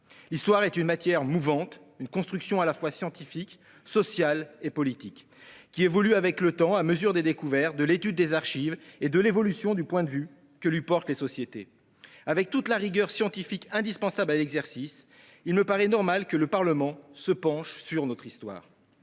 L'histoire est une matière mouvante, une construction à la fois scientifique, sociale et politique, qui évolue avec le temps, à mesure des découvertes, de l'étude des archives et de l'évolution du point de vue que portent sur elle les sociétés. Avec toute la rigueur scientifique indispensable à l'exercice, il me paraît normal que le Parlement se penche sur notre histoire.